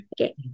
okay